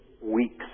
weeks